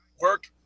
work